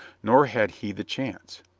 nor had he the chance.